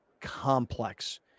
complex